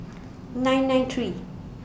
nine nine three